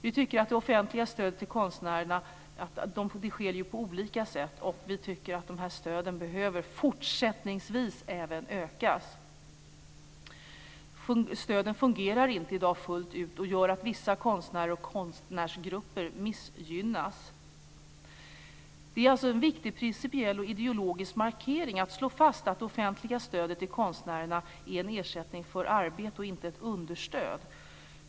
Vi tycker att det offentliga stödet till konstnärerna - det ges ju på olika sätt - fortsättningsvis även behöver ökas. Stöden fungerar i dag inte fullt ut, vilket gör att vissa konstnärer och konstnärsgrupper missgynnas. Det är alltså en viktig principiell och ideologisk markering att slå fast att det offentliga stödet till konstnärerna är en ersättning för arbete och inte ett understöd.